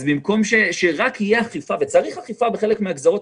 צריך אכיפה בחלק מהגזרות,